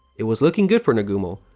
it was looking good for nagumo.